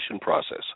process